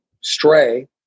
stray